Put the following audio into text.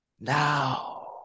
now